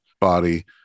body